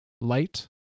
light